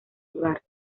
jugar